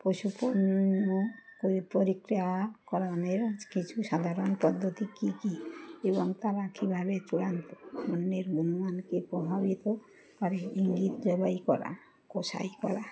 পশুপণ্য প্রক্রিয়া করানের কিছু সাধারণ পদ্ধতি কী কী এবং তারা কীভাবে চূড়ান্ত অন্যের গুণমানকে প্রভাবিত করে ইঙ্গিত জবাই করা কষাই করা